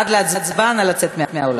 עד להצבעה, נא לצאת מהאולם.